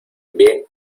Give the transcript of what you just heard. bien